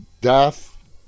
death